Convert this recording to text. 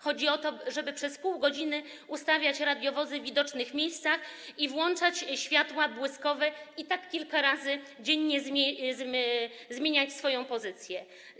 Chodzi o to, żeby przez pół godziny ustawiać radiowozy w widocznych miejscach i włączać światła błyskowe, i tak kilka razy dziennie zmieniać swoją pozycję.